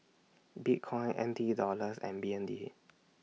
Bitcoin N T Dollars and B N D